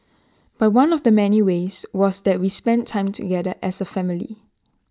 but one of the many ways was that we spent time together as A family